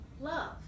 love